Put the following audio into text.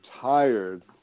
tired